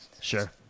sure